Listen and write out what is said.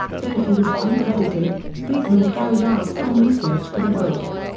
though he was uncredited, friedman carried out some research for the book.